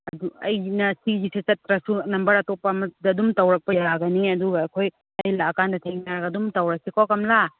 ꯑꯗꯨ ꯑꯩꯅ ꯁꯤꯒꯤꯁꯦ ꯆꯠꯇ꯭ꯔꯁꯨ ꯅꯝꯕꯔ ꯑꯇꯣꯞꯄ ꯑꯃꯗꯨꯗ ꯑꯗꯨꯝ ꯇꯧꯔꯛꯄ ꯌꯥꯒꯅꯤ ꯑꯗꯨꯒ ꯑꯩꯈꯣꯏ ꯑꯩ ꯂꯥꯛꯑ ꯀꯥꯟꯗ ꯊꯦꯡꯅꯔꯒ ꯑꯗꯨꯝ ꯇꯧꯔꯁꯤꯀꯣ ꯀꯝꯂꯥ